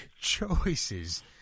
choices